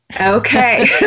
okay